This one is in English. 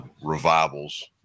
revivals